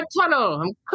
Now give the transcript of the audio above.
tunnel